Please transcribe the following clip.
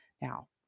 Now